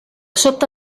sobte